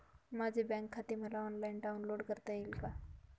माझे बँक खाते मला ऑनलाईन डाउनलोड करता येईल का?